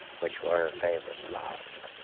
which were her favorite flowers.